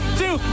two